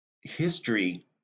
History